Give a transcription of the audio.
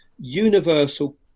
universal